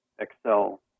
excel